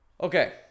Okay